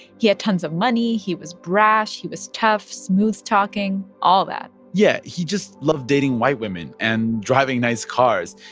he had tons of money. he was brash. he was tough, smooth-talking all that yeah. he just loved dating white women and driving nice cars.